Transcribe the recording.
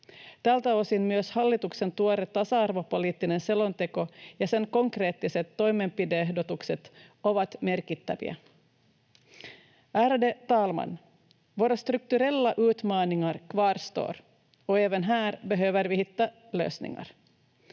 Tältä osin myös hallituksen tuore tasa-arvopoliittinen selonteko ja sen konkreettiset toimenpide-ehdotukset ovat merkittäviä. Ärade talman! Våra strukturella utmaningar kvarstår, och även här behöver vi hitta lösningar.